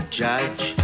judge